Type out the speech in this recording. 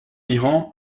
iran